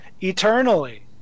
eternally